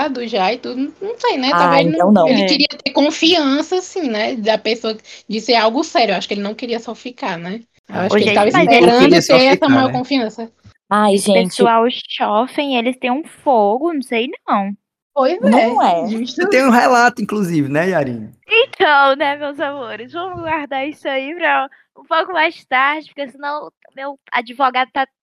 já e tudo, não sei, né? Talvez Ah, ele não- então não. ele É. queria ter confiança, assim, né, da pessoa, de ser algo sério. Eu acho que ele não queria só ficar, né? Eu Ah, acho que entendi. ele tava Mas ele esperando queria só ter essa ficar, maior né? confiança. Ai, gente. O pessoal chofem, eles têm um fogo, não sei não. Pois Não é, é. justo. Tem um relato, inclusive, né, Yarine? Então, né, meus amores? Vamos guardar isso aí pra um pouco mais tarde, porque senão meu advogado tá